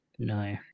No